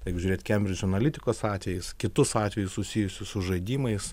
jeigu žiūrėt kembridž analitikos atvejis kitus atvejus susijusius su žaidimais